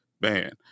Man